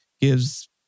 gives